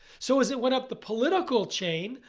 so as it went up the political chain,